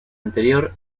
anterior